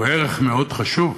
הוא ערך מאוד חשוב,